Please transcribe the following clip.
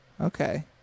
okay